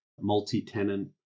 multi-tenant